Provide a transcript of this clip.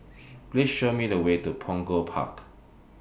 Please Show Me The Way to Punggol Park